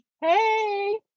Hey